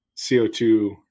CO2